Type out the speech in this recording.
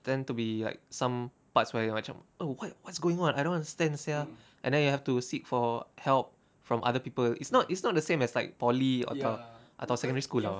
tend to be like some parts where macam oh wait what's going on I don't understand sia and then you have to seek for help from other people it's not it's not the same as like poly atau atau secondary school [tau]